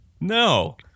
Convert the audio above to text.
No